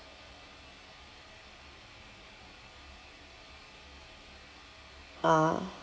ah